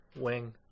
wing